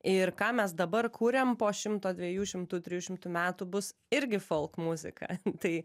ir ką mes dabar kuriam po šimto dviejų šimtų trijų šimtų metų bus irgi folk muzika tai